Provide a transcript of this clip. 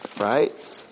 Right